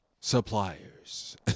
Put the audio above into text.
Suppliers